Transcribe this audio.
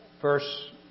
Verse